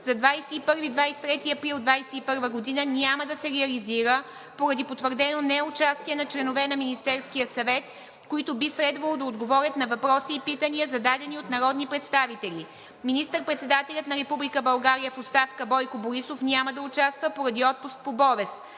за 21 – 23 април 2021 г., няма да се реализира поради потвърдено неучастие на членове на Министерския съвет, които би следвало да отговорят на въпроси и питания зададени от народни представители. Министър-председателят на Република България в оставка Бойко Борисов няма да участва поради отпуск по болест.